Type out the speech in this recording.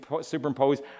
superimpose